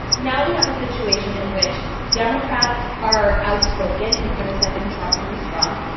now we have a situation in which democrats are outspoken in criticizing trump on this from.